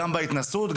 גם בהתנסות,